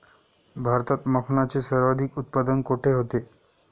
भारतात मखनाचे सर्वाधिक उत्पादन कोठे होते?